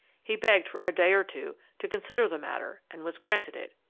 he begged for a day or two to consider the matter and was granted it,